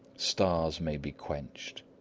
stars may be quenched,